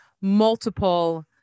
multiple